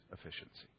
efficiency